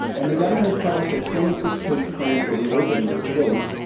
and the governor has published a twenty six page plan for reopening the state.